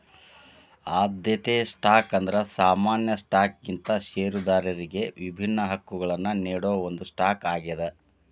ಆದ್ಯತೆ ಸ್ಟಾಕ್ ಅಂದ್ರ ಸಾಮಾನ್ಯ ಸ್ಟಾಕ್ಗಿಂತ ಷೇರದಾರರಿಗಿ ವಿಭಿನ್ನ ಹಕ್ಕಗಳನ್ನ ನೇಡೋ ಒಂದ್ ಸ್ಟಾಕ್ ಆಗ್ಯಾದ